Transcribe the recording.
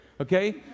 Okay